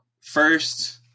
first